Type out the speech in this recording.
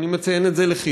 ואני מציין את זה לחיוב,